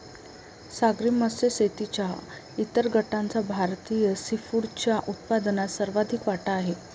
सागरी मत्स्य शेतीच्या इतर गटाचा भारतीय सीफूडच्या उत्पन्नात सर्वाधिक वाटा आहे